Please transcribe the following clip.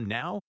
now